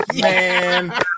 Man